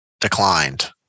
declined